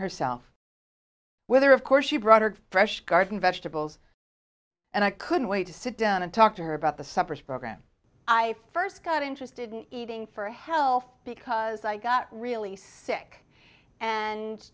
herself whether of course she brought her fresh garden vegetables and i couldn't wait to sit down and talk to her about the suppers program i first got interested in eating for health because i got really sick and